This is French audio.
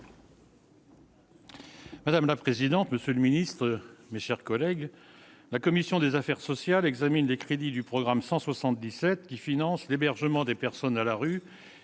Madame la présidente, monsieur le ministre, mes chers collègues, la commission des Affaires sociales Examen des crédits du programme 177 qui finance l'hébergement des personnes à la rue et